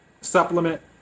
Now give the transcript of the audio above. supplement